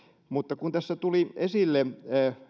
mutta kun tässä tuli esille